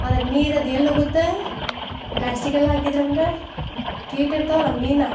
ಆದ್ರೆ ನೀರಿಂದು ಎಲ್ಲಿ ಹೋಗುತ್ತ ಪ್ಲ್ಯಾಸ್ಟಿಕಲ್ಲಿ ಹಾಕಿದ್ರಂದ್ರ ಕೀಟಿರ್ತವು ಅಲ್ಲ ಮೀನು